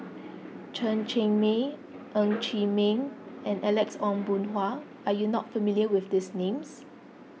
Chen Cheng Mei Ng Chee Meng and Alex Ong Boon Hau are you not familiar with these names